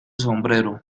sombrero